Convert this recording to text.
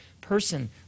person